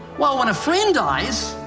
well, when a friend dies,